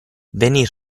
venir